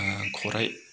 खरायआ